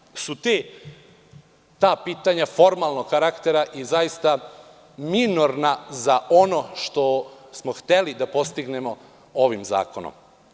Mislim da su ta pitanja formalnog karaktera i zaista minorna za ono što smo hteli da postignemo ovim zakonom.